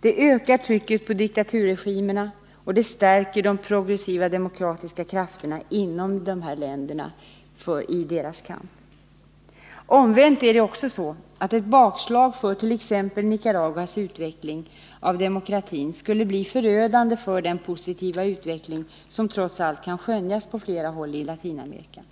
Det ökar trycket på diktaturregimerna och det stärker de progressiva demokratiska krafterna inom dessa länder i deras kamp. Omvänt är det också så att bakslag för t.ex. Nicaraguas utveckling av demokratin skulle bli förödande för den positiva utveckling som trots allt kan skönjas på flera håll i Latinamerika.